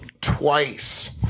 twice